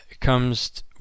comes